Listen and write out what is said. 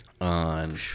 on